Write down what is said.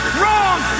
wrong